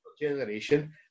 generation